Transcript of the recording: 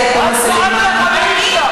את החיוך המכוער הזה אנחנו נמחק לך מהפרצוף.